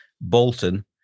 Bolton